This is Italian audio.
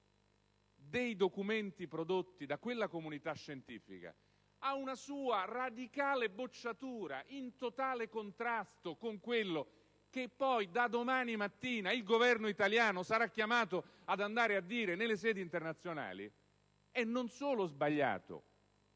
dei documenti prodotti da quella comunità scientifica a una loro radicale bocciatura, in totale contrasto con quello che poi da domani il Governo italiano sarà chiamato a dire nelle sedi internazionali, è non solo sbagliata,